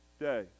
day